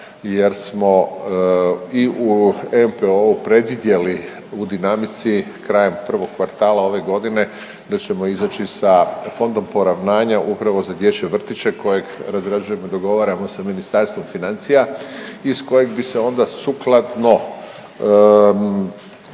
jer smo i u NPOO-u predvidjeli u dinamici krajem prvog kvartala ove godine da ćemo izaći sa Fondom poravnanja upravo za dječje vrtiće kojeg razrađujemo i dogovaramo sa Ministarstvom financija i iz kojeg bi se onda sukladno